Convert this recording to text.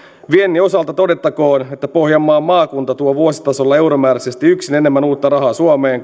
viennin osalta todettakoon että pohjanmaan maakunta tuo vuositasolla euromääräisesti yksin enemmän uutta rahaa suomeen